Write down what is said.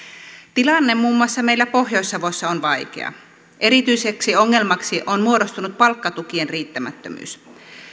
tilanne muun muassa meillä pohjois savossa on vaikea erityiseksi ongelmaksi on muodostunut palkkatukien riittämättömyys